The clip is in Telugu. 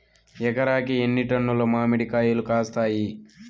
ఎకరాకి ఎన్ని టన్నులు మామిడి కాయలు కాస్తాయి?